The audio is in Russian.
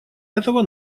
этого